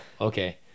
okay